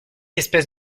espèces